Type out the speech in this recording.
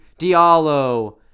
diallo